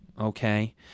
Okay